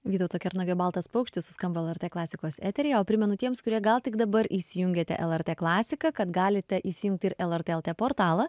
vytauto kernagio baltas paukštis suskambo lrt klasikos eteryje o primenu tiems kurie gal tik dabar įsijungėte lrt klasiką kad galite įsijungti ir lrt el tė portalą